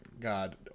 God